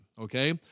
okay